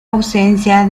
ausencia